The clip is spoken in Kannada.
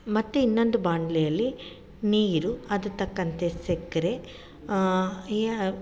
ಮತ್ತು ಇನ್ನೊಂದು ಬಾಣಲಿಯಲ್ಲಿ ನೀರು ಅದು ತಕ್ಕಂತೆ ಸಕ್ಕರೆ